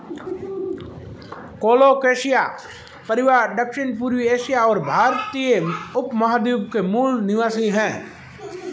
colocasia परिवार दक्षिणपूर्वी Asia और भारतीय उपमहाद्वीप के मूल निवासी है